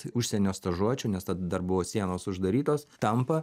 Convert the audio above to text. užsienio stažuočių nes tada dar buvo sienos uždarytos tampa